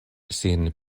sin